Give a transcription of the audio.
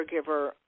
caregiver